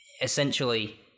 essentially